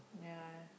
ya